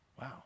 Wow